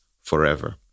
forever